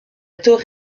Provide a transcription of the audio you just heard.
torre